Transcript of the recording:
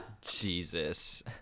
Jesus